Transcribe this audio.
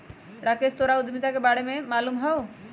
राकेश तोहरा उधमिता के प्रकार के बारे में मालूम हउ